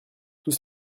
tout